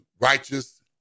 righteous